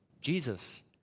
Jesus